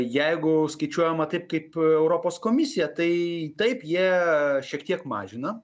jeigu skaičiuojama taip kaip europos komisija tai taip jie šiek tiek mažina